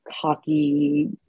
cocky